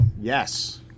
Yes